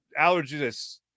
allergies